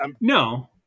no